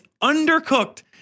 undercooked